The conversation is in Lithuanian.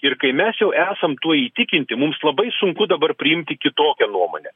ir kai mes jau esam tuo įtikinti mums labai sunku dabar priimti kitokią nuomonę